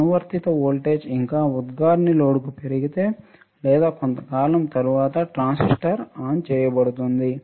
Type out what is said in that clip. అనువర్తిత వోల్టేజ్ ఇంకా ఉద్గారిణి లోడ్కు పెరిగితే లేదా కొంతకాలం తర్వాత ట్రాన్సిస్టర్ ఆన్ చేయబడుతుంది